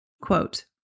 quote